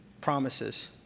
promises